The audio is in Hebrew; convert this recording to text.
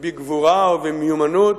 בגבורה ובמיומנות,